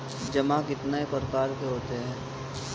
जमा कितने प्रकार के होते हैं?